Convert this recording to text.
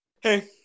Hey